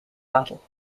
battle